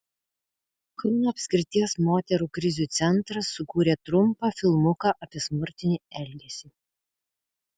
kauno apskrities moterų krizių centras sukūrė trumpą filmuką apie smurtinį elgesį